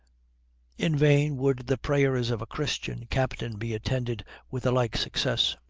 in vain would the prayers of a christian captain be attended with the like success.